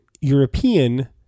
European